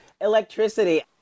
electricity